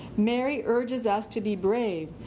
mary urges us to be brave,